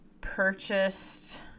purchased